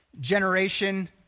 generation